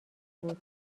بود